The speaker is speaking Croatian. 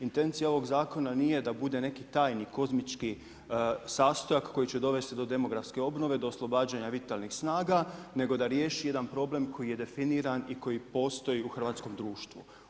Intencija ovog zakona nije da bude neki tajni kozmički sastojak koji će dovesti do demografske obnove, do oslobađanja vitalnih snaga, nego da riješi jedan problem koji je definiran i koji postoji u Hrvatskom društvu.